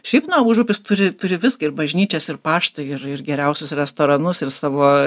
šiaip na užupis turi turi viską ir bažnyčias ir paštą ir ir geriausius restoranus ir savo